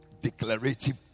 declarative